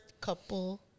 couple